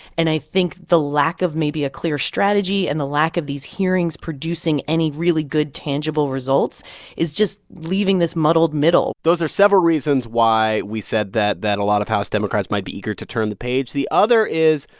and i think the lack of maybe a clear strategy and the lack of these hearings producing any really good tangible results is just leaving this muddled middle those are several reasons why we said that that a lot of house democrats might be eager to turn the page. the other is,